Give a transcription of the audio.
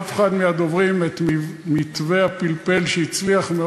ולכן אענה בדיוק במשך ארבע